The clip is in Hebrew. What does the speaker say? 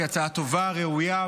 היא הצעה טובה וראויה,